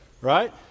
Right